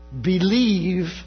Believe